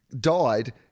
died